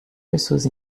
pessoas